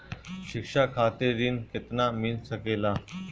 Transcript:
शिक्षा खातिर ऋण केतना मिल सकेला?